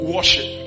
Worship